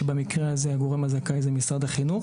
שבמקרה הזה הגורם הזכאי הוא משרד החינוך.